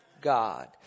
God